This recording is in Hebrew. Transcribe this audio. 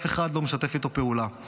אף אחד לא משתף איתו פעולה.